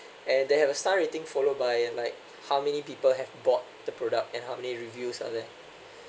and they have a star rating followed by uh like how many people have bought the product and how many reviews are there